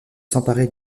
s’emparer